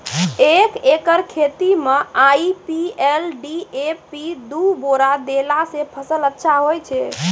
एक एकरऽ खेती मे आई.पी.एल डी.ए.पी दु बोरा देला से फ़सल अच्छा होय छै?